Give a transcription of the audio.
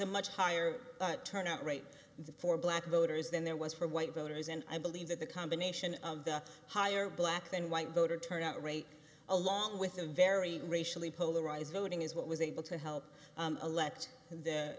a much higher but turnout rate for black voters than there was for white voters and i believe that the combination of the higher black and white voter turnout rate along with a very racially polarized voting is what was able to help elect the